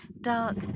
dark